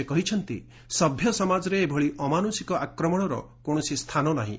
ସେ କହିଛନ୍ତି ସଭ୍ୟ ସମାଜରେ ଏଭଳି ଅମାନୁଷିକ ଆକ୍ରମଣର କୌଣସି ସ୍ଥାନ ନାହିଁ